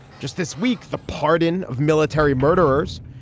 just this week, the pardon of military murderers.